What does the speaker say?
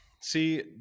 See